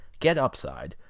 GetUpside